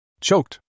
Choked